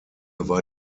war